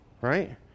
Right